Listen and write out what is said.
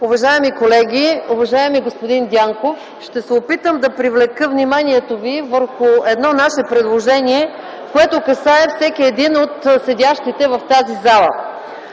Уважаеми колеги, уважаеми господин Дянков, ще се опитам да привлека вниманието ви върху едно наше предложение, което касае всеки един от седящите в тази зала